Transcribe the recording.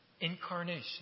incarnation